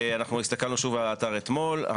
הסתכלנו שוב על האתר אתמול.